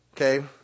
Okay